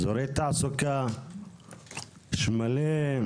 אזורי תעסוקה ויש מלא.